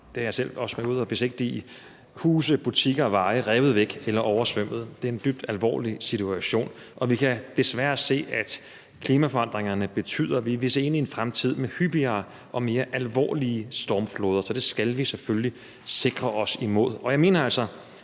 det har jeg også selv været ude at besigtige – og huse, butikker og veje revet væk eller oversvømmet. Det er en dybt alvorlig situation. Og vi kan desværre se, at klimaforandringerne betyder, at vi vil se ind i en fremtid med hyppigere og mere alvorlige stormfloder. Så det skal vi selvfølgelig sikre os imod. Jeg mener altså